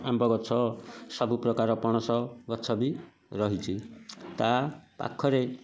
ଆମ୍ବ ଗଛ ସବୁ ପ୍ରକାର ପଣସ ଗଛ ବି ରହିଛି ତା ପାଖରେ